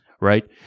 right